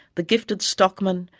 the gifted stockmen,